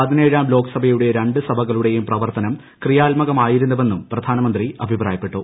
പതിനേഴാം ലോക്സഭയുടെ രണ്ടു സഭകളുടെയും പ്രവർത്തനം ക്രിയാത്മകമായിരുന്നുവെന്നും പ്രധാനമന്ത്രി അഭിപ്രായപ്പെട്ടു